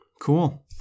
cool